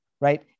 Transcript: right